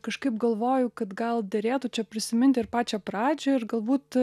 kažkaip galvoju kad gal derėtų čia prisimint ir pačią pradžią ir galbūt